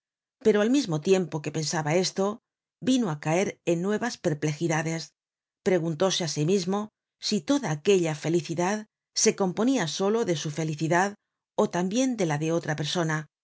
pero al mismo tiempo que pensaba esto vino á caer en nuevas perplejidades preguntóse á sí mismo si toda aquella felicidad se componia solo de su felicidad ó tambien de la de otra persona